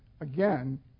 again